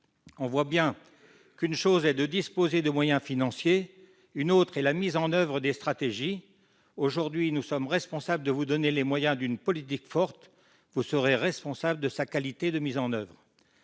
On voit bien qu'une chose est de disposer de moyens financiers, une autre est la mise en oeuvre des stratégies. Aujourd'hui, nous avons la responsabilité de vous donner les moyens d'une politique forte. Vous serez responsables de la qualité de sa mise en oeuvre.